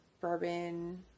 bourbon